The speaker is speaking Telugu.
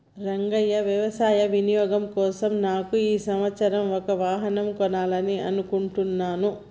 రంగయ్య వ్యవసాయ వినియోగం కోసం నాకు ఈ సంవత్సరం ఒక వాహనం కొనాలని అనుకుంటున్నాను